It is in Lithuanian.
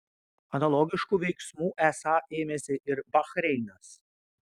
analogiškų veiksmų esą ėmėsi ir bahreinas